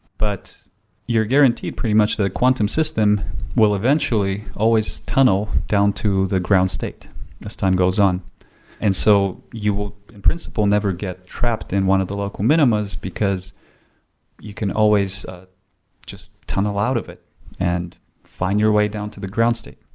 but you're guaranteed pretty much the quantum system will eventually always tunnel down to the ground state as time goes on and so you will in principle never get trapped in one of the local minima's because you can always just tunnel out of it and find you way down to the ground state.